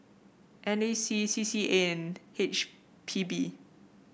N A C C C A and H P B